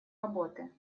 работы